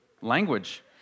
language